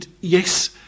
yes